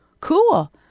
Cool